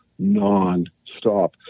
nonstop